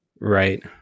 right